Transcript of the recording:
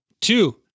two